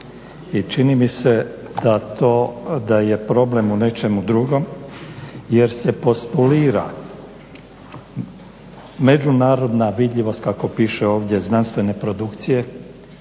čini mi se da je problem u nečemu drugom jer se postulira međunarodna vidljivost, kako piše ovdje, znanstvene produkcije